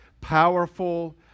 powerful